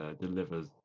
delivers